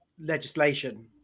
legislation